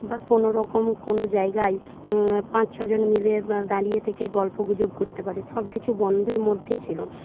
বা কোনো রকম কোনো জায়গায় পাঁচ ছজন মিলে দাঁড়িয়ে থেকে গল্প গুজব করতে পারে সব কিছু বন্ধের মধ্যে ছিল